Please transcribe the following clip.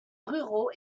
ruraux